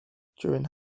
during